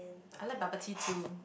I like bubble tea too